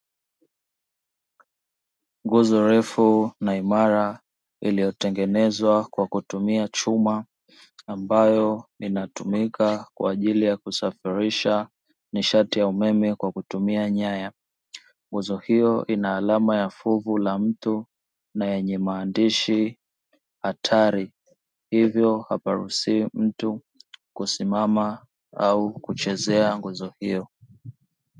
Nguzo refu na imara iliyotengenezwa kwa kutumia chuma ambayo inatumika kwa ajili ya kusafirisha nishati ya umeme kwa kutumia nyaya, nguzo hiyo ina alama ya fuvu la mtu na yenye maandishi hatari, hivyo haparuhusiwi mtu kusimama au kuchezea nguzo hiyo.